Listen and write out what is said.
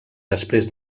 després